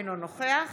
אינו נוכח